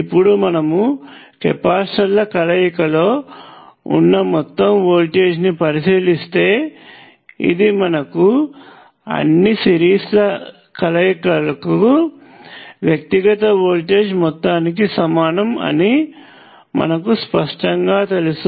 ఇప్పుడు మనము కెపాసిటర్ ల కలయికలో ఉన్న మొత్తం వోల్టేజ్ను పరిశీలిస్తే ఇది అన్ని సిరీస్ కలయికలకు వ్యక్తిగత వోల్టేజ్ల మొత్తానికి సమానము అని మనకు స్పష్టంగా తెలుసు